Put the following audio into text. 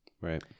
right